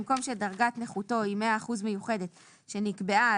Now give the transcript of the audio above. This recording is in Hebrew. במקום "שדרגת נכותו היא 100 אחוזים מיוחדת שנקבעה